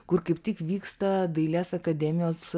kur kaip tik vyksta dailės akademijos